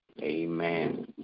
Amen